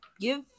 Give